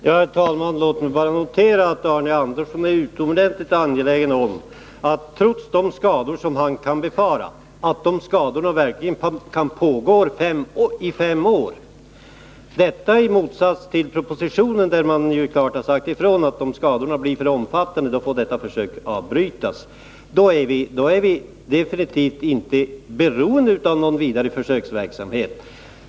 Herr talman! Låt mig bara notera att Arne Andersson i Ljung — trots att han kan befara att det blir skador — är utomordentligt angelägen om att försöket får pågå med skador som följd under fem år. Detta är i motsats till vad som står i propositionen, där man klart säger att om skadorna blir för omfattande skall detta försök avbrytas. Då är vi definitivt inte beroende av någon vidare försöksverksamhet.